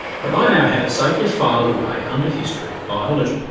but i now have it safely filed away under history of biology.